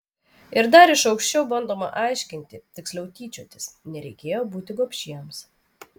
ir dar iš aukščiau bandoma aiškinti tiksliau tyčiotis nereikėjo būti gobšiems